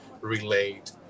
relate